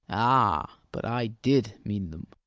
ah, but i did mean them.